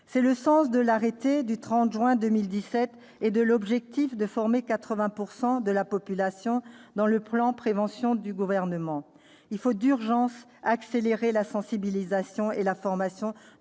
C'est le sens de l'arrêté du 30 juin 2017 et de l'objectif de former 80 % de la population inscrit dans le plan « priorité prévention » du Gouvernement. Il faut d'urgence accélérer la sensibilisation et la formation